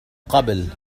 قبل